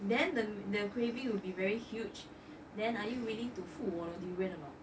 then the the craving will be very huge then are you willing to 付 my durian or not